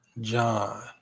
John